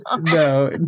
no